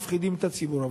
מפחידים את הציבור.